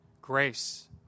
grace